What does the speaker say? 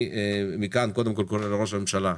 אני מכאן קודם כל קורא לראש הממשלה,